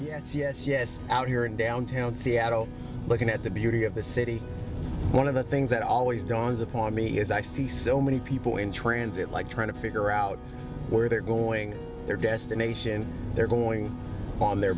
yes yes yes out here in downtown seattle looking at the beauty of the city one of the things that always dawns upon me is i see so many people in transit like trying to figure out where they're going their destination they're going on their